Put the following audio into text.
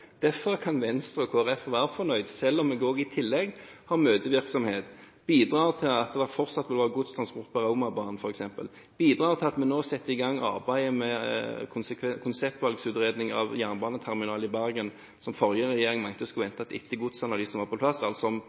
Derfor kan Venstre og Kristelig Folkeparti være fornøyd, selv om vi i tillegg har møtevirksomhet, vi bidrar til at det fortsatt vil være godstransport på Raumabanen f.eks., og vi bidrar til å sette i gang arbeidet med konseptvalgutredning av jernbaneterminal i Bergen, som den forrige regjeringen mente skulle vente til etter at godsanalysen var på plass – altså